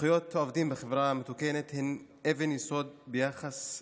זכויות עובדים בחברה מתוקנת הן אבן יסוד ביחסי